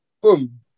Boom